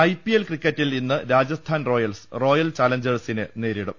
I P L ക്രിക്കറ്റിൽ ഇന്ന് Rajasthan Royals royal ചലഞ്ചേഴ്സിനെ നേരിടും